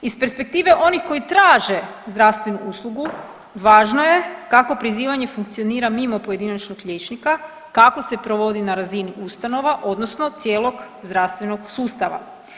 Iz perspektive onih koji traže zdravstvenu uslugu važno je kako prizivanje funkcionira mimo pojedinačnog liječnika, kako se provodi na razini ustanova odnosno cijelog zdravstvenog sustava.